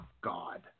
God